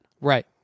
Right